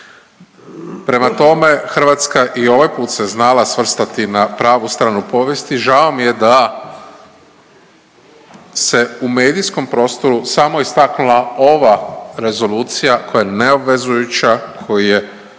Prema tome Hrvatska i ovaj put se znala svrstati na pravu stranu povijesti. Žao mi je da se u medijskom prostoru samo istaknula ova rezolucija koja je neobvezujuća koju je